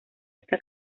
esta